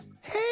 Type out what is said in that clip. Hey